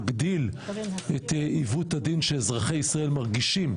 מגדיל את עיוות הדין שאזרחי ישראל מרגישים,